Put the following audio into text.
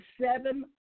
seven